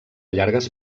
llargues